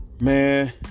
man